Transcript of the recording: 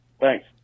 Thanks